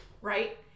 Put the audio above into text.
right